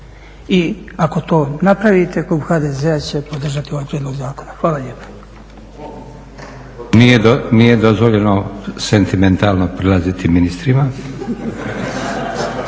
I ako to napravite klub HDZ-a će podržati ovaj prijedlog zakona. Hvala lijepa. **Leko, Josip (SDP)** Nije dozvoljeno sentimentalno prilaziti ministrima.